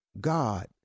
God